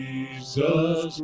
Jesus